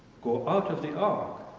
go out of the ark,